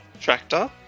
tractor